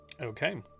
okay